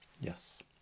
yes